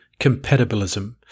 compatibilism